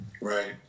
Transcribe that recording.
Right